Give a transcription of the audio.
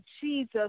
jesus